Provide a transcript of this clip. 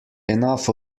enough